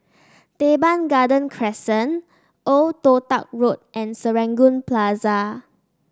Teban Garden Crescent Old Toh Tuck Road and Serangoon Plaza